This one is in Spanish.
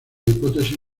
hipótesis